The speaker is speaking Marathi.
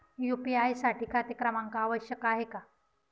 यू.पी.आय साठी खाते क्रमांक आवश्यक आहे का?